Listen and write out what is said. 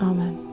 Amen